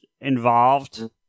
involved